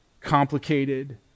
complicated